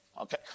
Okay